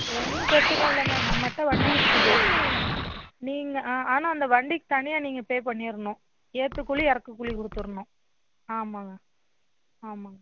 ஒன்றும் பிரச்சனை இல்லைங்க நம்மகிட்ட வண்டி இருக்குது நீங்கள் ஆ ஆனால் அந்த வண்டிக்கு தனியாக நீங்கள் பே பண்ணிடணும் ஏற்றுக்கூலி இறக்குக்கூலி கொடுத்துர்ணும் ஆமாங்க ஆமாம்